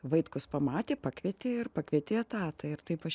vaitkus pamatė pakvietė ir pakvietė etatą ir taip aš